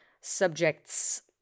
subjects